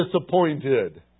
disappointed